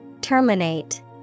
Terminate